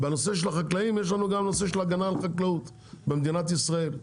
בנושא של החקלאים יש לנו גם נושא של הגנה על חקלאות במדינת ישראל.